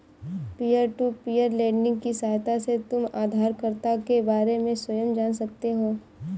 peer to peer lending की सहायता से तुम उधारकर्ता के बारे में स्वयं जान सकते हो